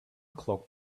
clock